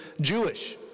Jewish